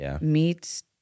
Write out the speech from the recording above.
meets